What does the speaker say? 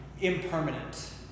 impermanent